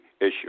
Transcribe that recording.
issue